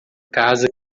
casa